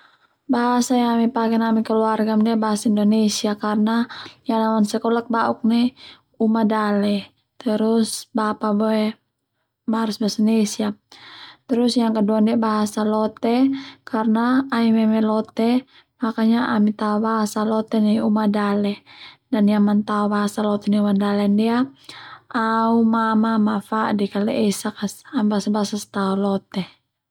Bahasa yang ami paken keluargam ndia bahasa Indonesia karna liana ma sekolah bauk nai Uma Dale, terus bapa boe bahasa Indonesia terus yang kedua ndia bahasa lote karna ami meme lote makanya ami tao bahasa lote nai uma dale dan yang mantao bahasa lote nai uma dale ndia au mama fadik laiesak as ami basa-basa tao lote.